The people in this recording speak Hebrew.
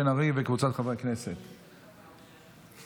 עברה בקריאה טרומית ותעבור לוועדת הבריאות להמשך דיון.